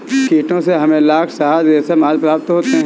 कीटों से हमें लाख, शहद, रेशम आदि प्राप्त होते हैं